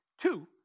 Two